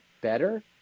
better